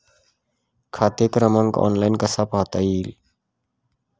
खाते क्रमांक ऑनलाइन कसा पाहता येईल?